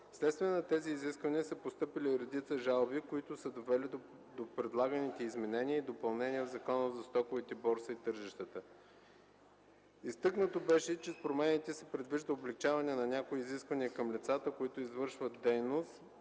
Вследствие на тези изисквания са постъпили редица жалби, които са довели до предлаганите изменения и допълнения в Закона за стоковите борси и тържищата. Изтъкнато беше, че с промените се предвижда облекчаване на някои изисквания към лицата, които извършват дейност